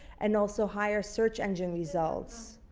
and also higher search engines results.